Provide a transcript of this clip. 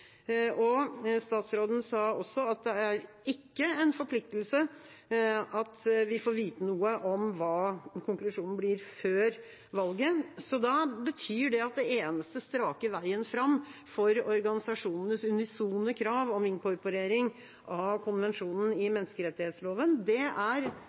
Statsråden sa også at det ikke er en forpliktelse at vi får vite noe om hva konklusjonen blir før valget. Det betyr da at den eneste strake veien fram for organisasjonenes unisone krav om inkorporering av konvensjonen i menneskerettsloven er